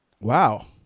Wow